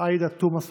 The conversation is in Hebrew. עאידה תומא סלימאן,